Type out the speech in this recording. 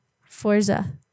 Forza